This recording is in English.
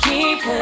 Keep